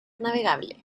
navegable